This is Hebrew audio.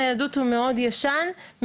יש לי שאלה,